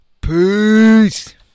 Peace